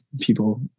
people